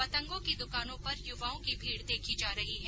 पतंगों की दुकानों पर युवाओं की भीड देखी जा रही है